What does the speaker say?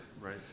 Right